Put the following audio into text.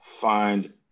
find